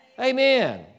Amen